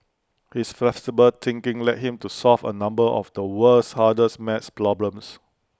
his flexible thinking led him to solve A number of the world's hardest math problems